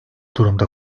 durumda